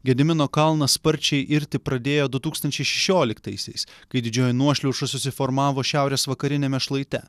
gedimino kalnas sparčiai irti pradėjo du tūkstančiai šešioliktaisiais kai didžioji nuošliauža susiformavo šiaurės vakariniame šlaite